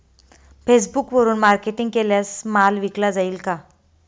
फेसबुकवरुन मार्केटिंग केल्यास माल विकला जाईल का?